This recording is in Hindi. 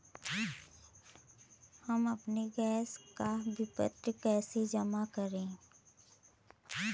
हम अपने गैस का विपत्र कैसे जमा करें?